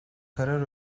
karar